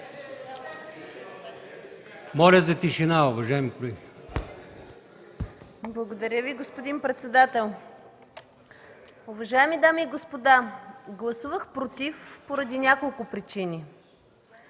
Моля за тишина, уважаеми колеги!